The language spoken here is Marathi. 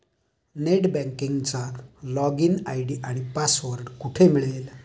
नेट बँकिंगचा लॉगइन आय.डी आणि पासवर्ड कुठे मिळेल?